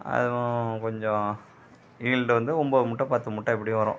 அதுவும் கொஞ்சம் ஈல்ட் வந்து ஒம்பது மூட்டை பத்து மூட்டை எப்படியும் வரும்